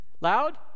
loud